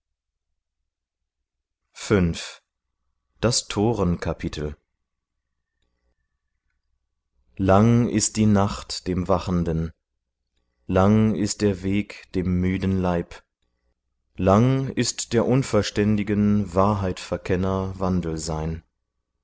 lang ist die nacht dem wachenden lang ist der weg dem müden leib lang ist der unverständigen wahrheitverkenner wandelsein